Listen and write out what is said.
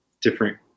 different